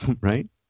Right